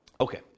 Okay